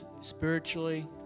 spiritually